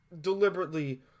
deliberately